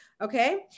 Okay